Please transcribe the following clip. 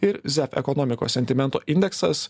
ir zet ekonomikos sentimento indeksas